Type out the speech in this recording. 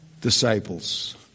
disciples